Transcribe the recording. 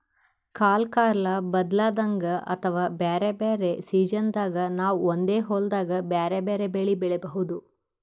ಕಲ್ಕಾಲ್ ಬದ್ಲಾದಂಗ್ ಅಥವಾ ಬ್ಯಾರೆ ಬ್ಯಾರೆ ಸಿಜನ್ದಾಗ್ ನಾವ್ ಒಂದೇ ಹೊಲ್ದಾಗ್ ಬ್ಯಾರೆ ಬ್ಯಾರೆ ಬೆಳಿ ಬೆಳಿಬಹುದ್